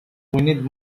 need